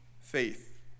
faith